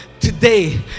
today